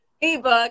ebook